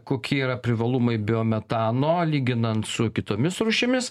kokie yra privalumai biometano lyginant su kitomis rūšimis